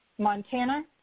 Montana